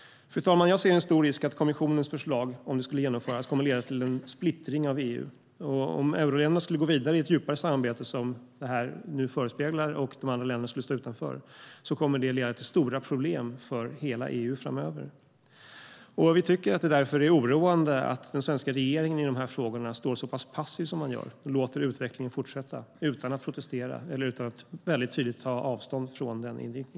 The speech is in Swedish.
Fru talman! Jag ser en stor risk att kommissionens förslag, om det skulle genomföras, kommer att leda till en splittring av EU. Om euroländerna skulle gå vidare i ett djupare samarbete, som förespeglas här, och de andra länderna skulle stå utanför kommer det att leda till stora problem för hela EU framöver. Vi tycker därför att det är oroande att den svenska regeringen står så pass passiv som den gör i de här frågorna och låter utvecklingen fortsätta utan att protestera eller utan att tydligt ta avstånd från denna inriktning.